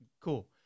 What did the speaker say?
Cool